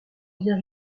bien